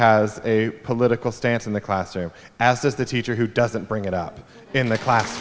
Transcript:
has a political stance in the classroom as does the teacher who doesn't bring it up in the class